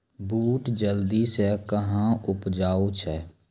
बूट जल्दी से कहना उपजाऊ छ?